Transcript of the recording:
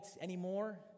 anymore